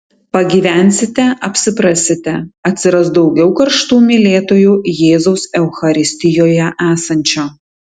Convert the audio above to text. pagyvensite apsiprasite atsiras daugiau karštų mylėtojų jėzaus eucharistijoje esančio